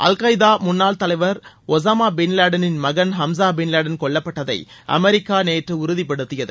அல் Qaeda முன்னாள் தலைவர் Osama bin வேடனின் மகன் ஹம்சாபின் கொல்லப்பட்டதை அமெரிக்கா நேற்று உறுதிப்படுத்தியது